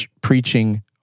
preaching